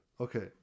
Okay